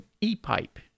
e-pipe